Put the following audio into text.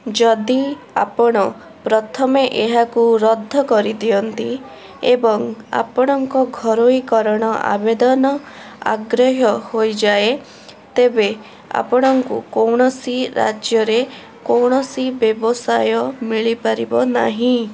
ଯଦି ଆପଣ ପ୍ରଥମେ ଏହାକୁ ରଦ୍ଦ କରିଦିଅନ୍ତି ଏବଂ ଆପଣଙ୍କ ଘରୋଇକରଣ ଆବେଦନ ଅଗ୍ରାହ୍ୟ ହୋଇଯାଏ ତେବେ ଆପଣଙ୍କୁ କୌଣସି ରାଜ୍ୟରେ କୌଣସି ବ୍ୟବସାୟ ମିଳିପାରିବ ନାହିଁ